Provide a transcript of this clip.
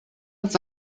uns